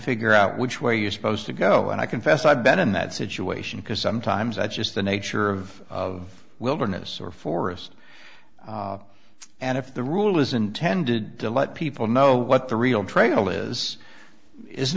figure out which way you're supposed to go and i confess i've been in that situation because sometimes i just the nature of of wilderness or forest and if the rule is intended to let people know what the real trail is is